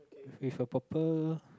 if a purple